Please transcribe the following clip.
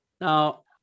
now